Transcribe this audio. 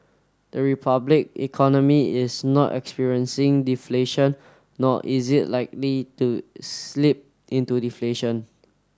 the republic economy is not experiencing deflation nor is it likely to slip into deflation